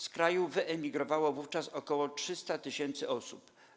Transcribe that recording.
Z kraju wyemigrowało wówczas około 300 tysięcy osób.